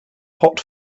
hot